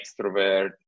extrovert